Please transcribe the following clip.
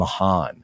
mahan